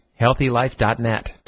HealthyLife.net